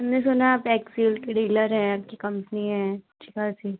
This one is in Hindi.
हमने सुना है आप एक्सयूल्टी डीलर हैं आपकी कंपनी है अच्छी ख़ासी